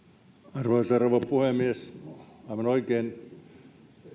arvoisa rouva puhemies aivan oikein